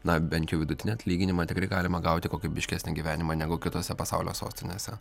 na bent jau vidutinį atlyginimą tikrai galima gauti kokybiškesnį gyvenimą negu kitose pasaulio sostinėse